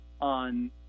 on